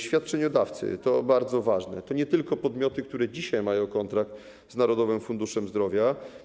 Świadczeniodawcy, to bardzo ważne, to nie tylko podmioty, które dzisiaj mają kontrakt z Narodowym Funduszem Zdrowia.